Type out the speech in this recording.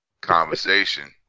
conversation